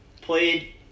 Played